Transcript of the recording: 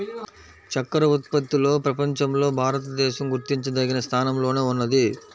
చక్కర ఉత్పత్తిలో ప్రపంచంలో భారతదేశం గుర్తించదగిన స్థానంలోనే ఉన్నది